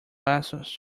lessons